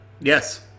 Yes